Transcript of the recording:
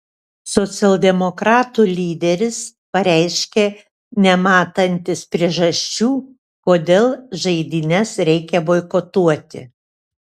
socialdemokratų lyderis pareiškė nematantis priežasčių kodėl žaidynes reikia boikotuoti